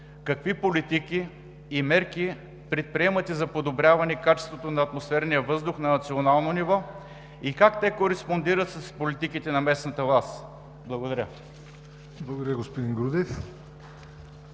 какви политики и мерки предприемате за подобряване качеството на атмосферния въздух на национално ниво и как те кореспондират с политиките на местната власт? Благодаря. ПРЕДСЕДАТЕЛ ЯВОР НОТЕВ: Благодаря, господин Грудев.